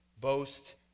boast